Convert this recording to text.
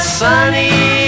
sunny